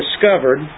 discovered